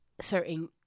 certain